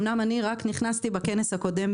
אמנם אני רק נכנסתי בכנס הקודם,